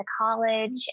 college